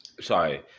sorry